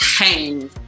pain